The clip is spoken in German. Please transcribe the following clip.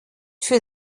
für